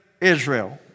Israel